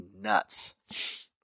nuts